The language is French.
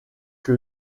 que